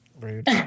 Rude